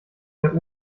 mir